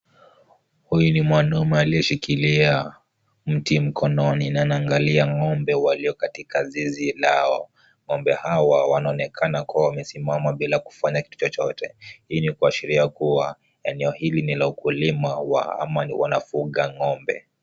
Huyu ni mwanaume aliyeshikilia mti mkononi na anangalia ng'ombe walio katika zizi lao. Ng'ombe hawa wanaonekana kuwa wamesimama bila kufanya kitu chochote. Hii ni kuashiria kuwa eneo hili ni la ukulima wa, ama, ni wanafuga ng'ombe.